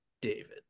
David